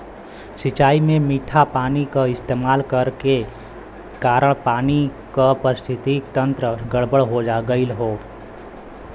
सिंचाई में मीठा पानी क इस्तेमाल करे के कारण पानी क पारिस्थितिकि तंत्र गड़बड़ हो गयल हौ